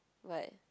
what